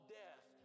death